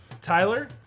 Tyler